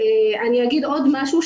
אני אגיד עוד משהו,